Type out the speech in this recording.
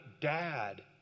Dad